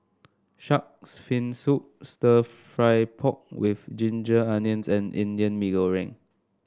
shark's fin soup stir fry pork with Ginger Onions and Indian Mee Goreng